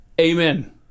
amen